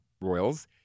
royals